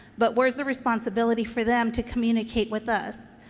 but where's the responsibility for them to communicate with us?